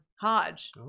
Hodge